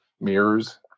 mirrors